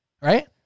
right